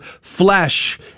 flesh